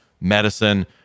medicine